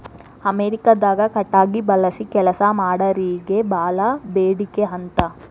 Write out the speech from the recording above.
ಅಮೇರಿಕಾದಾಗ ಕಟಗಿ ಬಳಸಿ ಕೆಲಸಾ ಮಾಡಾರಿಗೆ ಬಾಳ ಬೇಡಿಕೆ ಅಂತ